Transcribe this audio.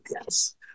yes